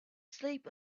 sleep